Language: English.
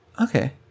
Okay